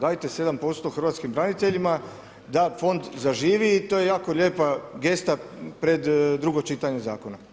Dajte 7% hrvatskim braniteljima da fond zaživi i to je jako lijepa gesta pred drugo čitanje zakona.